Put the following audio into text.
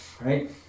right